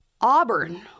Auburn